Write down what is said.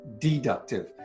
deductive